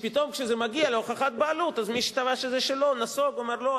שפתאום כשזה מגיע להוכחת בעלות מי שתבע שזה שלו נסוג ואמר: לא,